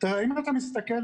אם אתה מסתכל,